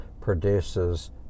produces